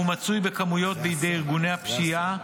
הוא מצוי בכמויות בידי ארגוני הפשיעה,